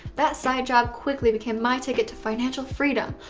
that side job quickly became my ticket to financial freedom.